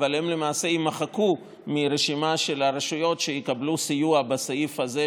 אבל הן למעשה יימחקו מהרשימה של הרשויות שיקבלו סיוע בסעיף הזה,